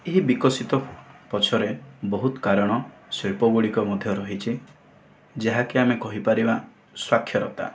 ଏହି ବିକଶିତ ପଛରେ ବହୁତ କାରଣ ଶିଳ୍ପ ଗୁଡ଼ିକ ମଧ୍ୟ ରହିଛି ଯାହାକି ଆମେ କହି ପାରିବା ସ୍ଵାକ୍ଷରତା